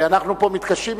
ואנחנו כאן מתקשים,